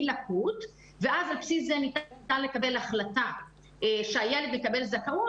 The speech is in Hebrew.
לקות ואז על בסיס זה ניתן לקבל החלטה שהילד מקבל זכאות.